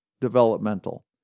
developmental